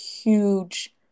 huge